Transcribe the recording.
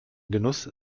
genuss